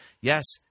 Yes